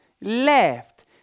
left